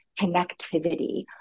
connectivity